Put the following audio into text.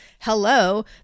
hello